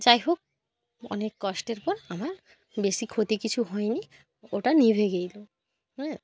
যাই হোক অনেক কষ্টের পর আমার বেশি ক্ষতি কিছু হয় নি ওটা নিভে গিইলো হ্যাঁ